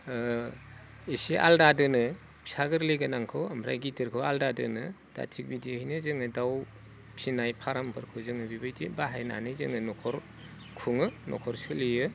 एसे आलदा दोनो फिसा गोरलै गोनांखौ ओमफ्राय गिदोरखौ आलदा दोनो दा थिग बिदियैनो जोङो दाउ फिनाय फार्मफोरखौ जोङो बेबायदि बाहायनानै जोङो न'खर खुङो न'खर सोलियो